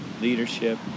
leadership